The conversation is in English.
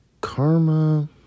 Karma